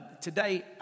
today